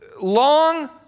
long